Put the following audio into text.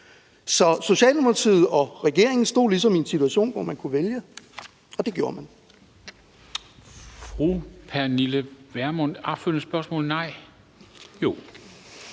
Så Socialdemokratiet og regeringen stod ligesom i en situation, hvor man kunne vælge, og det gjorde man.